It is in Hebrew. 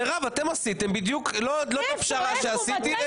אתם עשיתם את זה בדיוק, לא את הפשרה שעשיתי.